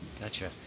Gotcha